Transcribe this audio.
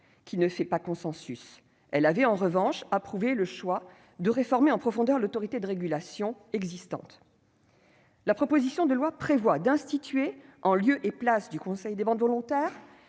qui ne fait pas consensus. Elle a, en revanche, approuvé le choix de réformer en profondeur l'autorité de régulation existante. La proposition de loi prévoit d'instituer, en lieu et place du Conseil des ventes volontaires,